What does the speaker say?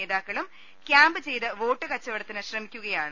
നേതാക്കളും ക്യാമ്പ് ചെയ്ത് വോട്ട് കച്ചവടത്തിന് ശ്രമിക്കുകയാണ്